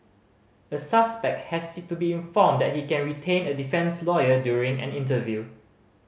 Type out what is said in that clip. a suspect has to be informed that he can retain a defence lawyer during an interview